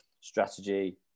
strategy